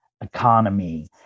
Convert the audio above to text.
economy